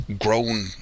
grown